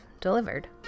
delivered